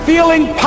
feeling